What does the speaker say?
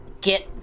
Get